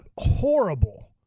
horrible